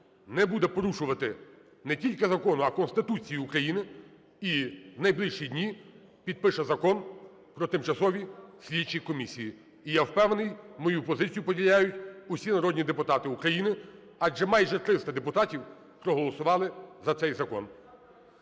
не буде порушувати не тільки закон, а Конституцію України, і в найближчі дні підпише Закон про тимчасові слідчі комісії. І я впевнений, мою позицію поділяють усі народні депутати України, адже майже 300 депутатів проголосували за цей закон.